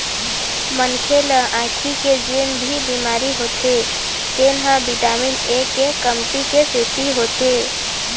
मनखे ल आँखी के जेन भी बिमारी होथे तेन ह बिटामिन ए के कमती के सेती होथे